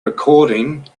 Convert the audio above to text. recording